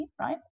right